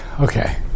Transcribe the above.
Okay